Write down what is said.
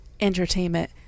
Entertainment